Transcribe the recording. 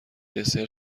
دسر